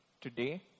today